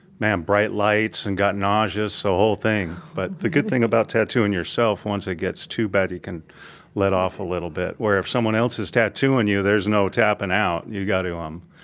man, bright lights and got nauseous, the so whole thing, but the good thing about tattooing yourself, once it gets too bad, you can let off a little bit where, if someone else is tattooing you, there's no tappin' out. you got to um,